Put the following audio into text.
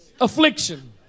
affliction